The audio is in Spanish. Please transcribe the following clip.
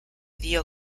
dio